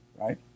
right